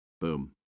Boom